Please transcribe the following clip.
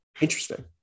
Interesting